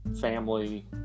family